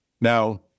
Now